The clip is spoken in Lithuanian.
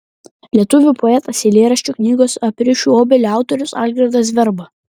lietuvių poetas eilėraščių knygos aprišiu obelį autorius algirdas verba